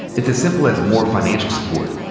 it's as simple as more financial support.